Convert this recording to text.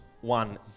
one